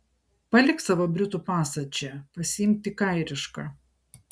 palik savo britų pasą čia pasiimk tik airišką